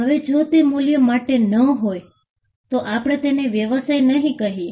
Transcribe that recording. હવે જો તે મૂલ્ય માટે ન હોય તો આપણે તેને વ્યવસાય નહીં કહીએ